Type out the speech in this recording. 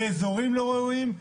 באזורים לא ראויים,